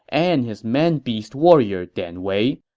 and his manbeast warrior dian wei,